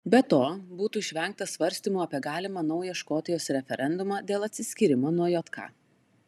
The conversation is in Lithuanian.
be to būtų išvengta svarstymų apie galimą naują škotijos referendumą dėl atsiskyrimo nuo jk